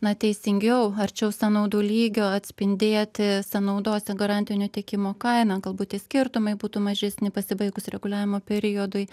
na teisingiau arčiau sąnaudų lygio atspindėti sąnaudose garantinio tiekimo kainą galbūt tie skirtumai būtų mažesni pasibaigus reguliavimo periodui